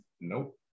Nope